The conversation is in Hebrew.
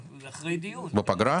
בפגרה?